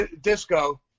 Disco